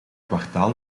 kwartaal